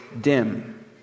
dim